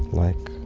like,